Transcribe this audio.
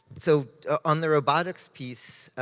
so on the robotics piece,